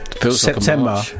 September